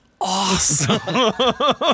awesome